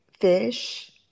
fish